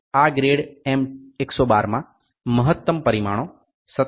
તેથી આ grade M 112માં મહત્તમ પરિમાણો 57